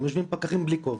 פקחים יושבים בלי כובע.